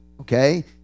okay